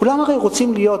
כולם הרי רוצים להיות,